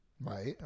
Right